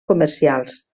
comercials